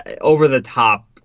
over-the-top